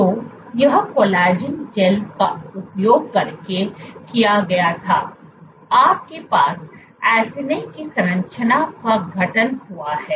तो यह collagen gel का उपयोग करके किया गया था आपके पास एसिनी की संरचना का गठन हुआ है